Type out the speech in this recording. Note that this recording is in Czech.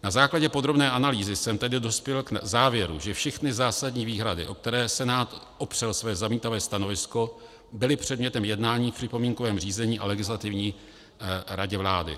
Na základě podrobné analýzy jsem tedy dospěl k závěru, že všechny zásadní výhrady, o které Senát opřel své zamítavé stanovisko, byly předmětem jednání v připomínkovém řízení a na Legislativní radě vlády.